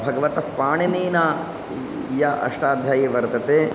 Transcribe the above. भगवत् पाणिनेः या अष्टाध्यायी वर्तते